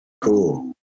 Cool